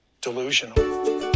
delusional